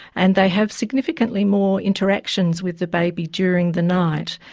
and they have significantly more interactions with the baby during the night.